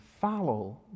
follow